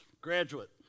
Graduate